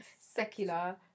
secular